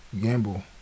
gamble